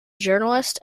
journalist